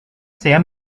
saya